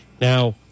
Now